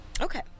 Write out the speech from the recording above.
Okay